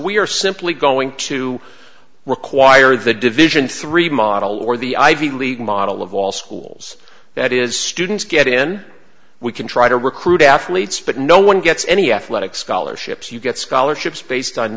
we are simply going to require the division three model or the ivy league model of all schools that is students get in we can try to recruit athletes but no one gets any athletic scholarships you get scholarships based on